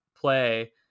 play